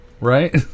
Right